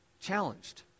challenged